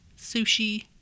sushi